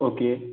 okay